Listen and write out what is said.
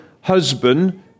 husband